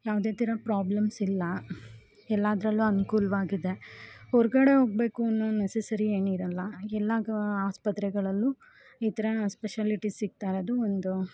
ಯಾವುದೇ ಥರ ಪ್ರಾಬ್ಲಮ್ಸ್ ಇಲ್ಲ ಎಲ್ಲದರಲ್ಲೂ ಅನುಕೂಲ್ವಾಗಿದೆ ಹೊರಗಡೆ ಹೋಗಬೇಕು ಅಂದರೆ ನೆಸೆಸರಿ ಏನಿರೊಲ್ಲ ಎಲ್ಲ ಗ ಆಸ್ಪತ್ರೆಗಳಲ್ಲೂ ಈ ಥರ ಸ್ಪೆಷಾಲಿಟಿ ಸಿಕ್ತಾಯಿರೋದು ಒಂದು